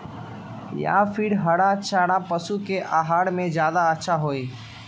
या फिर हरा चारा पशु के आहार में ज्यादा अच्छा होई?